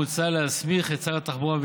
מוצע להסמיך את שר התחבורה,